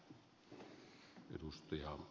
arvoisa puhemies